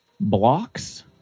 blocks